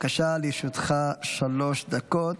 בבקשה, לרשותך שלוש דקות.